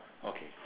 okay